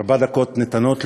ארבע דקות ניתנות לי,